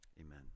Amen